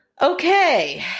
Okay